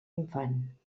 infant